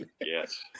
Yes